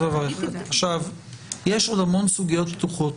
יש עוד המון סוגיות פתוחות,